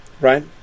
right